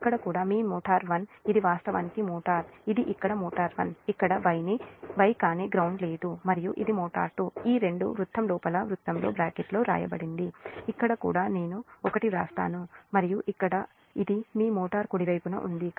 ఇక్కడ కూడా మీ మోటారు 1 ఇది వాస్తవానికి మోటార్ ఇది ఇక్కడ మోటారు 1 ఇక్కడ Y కాని గ్రౌండ్ లేదు మరియు ఇది మోటారు 2 ఈ 2 వృత్తం లోపల వృత్తంలో బ్రాకెట్లో వ్రాయబడింది ఇక్కడ కూడా నేను 1 వ్రాసాను మరియు ఇక్కడ ఇది ఈ మోటారు కుడివైపున ఉంది